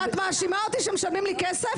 את מאשימה אותי שמשלמים לי כסף?